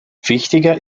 wichtiger